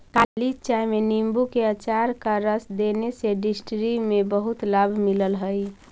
काली चाय में नींबू के अचार का रस देने से डिसेंट्री में बहुत लाभ मिलल हई